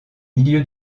milieu